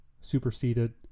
Superseded